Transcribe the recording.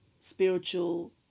spiritual